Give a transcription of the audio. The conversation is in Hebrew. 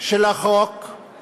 של החוק היא